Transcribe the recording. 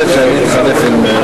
נא להצביע.